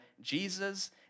Jesus